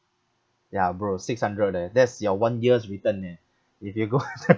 ya bro six hundred leh that's your one year's return eh if you go